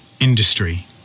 industry